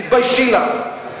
תתביישי לך.